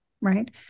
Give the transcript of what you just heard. Right